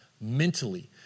mentally